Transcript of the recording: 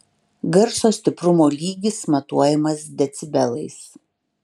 garso stiprumo lygis matuojamas decibelais